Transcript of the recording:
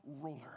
ruler